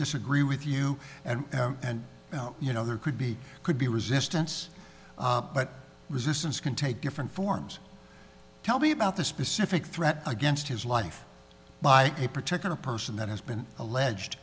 disagree with you and now you know there could be could be resistance but resistance can take different forms tell me about the specific threat against his life by a particular person that has